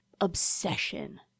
obsession